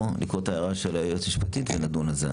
את ההערה של היועצת המשפטית ונדון על זה.